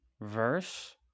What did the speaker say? verse